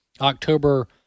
October